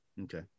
Okay